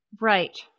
Right